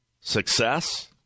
success